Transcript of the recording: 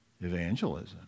evangelism